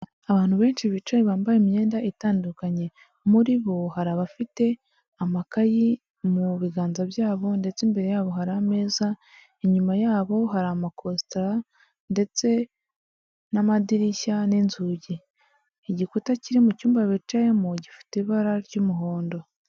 Abantu benshi bicaye bambaye imyenda itandukanye. Muri bo hari abafite amakayi mu biganza byabo ndetse imbere yabo hari ameza, inyuma yabo hari amakositara ndetse n'amadirishya n'inzugi. Igikuta kiri mu cyumba bicayemo gifite ibara ry'umuhondo.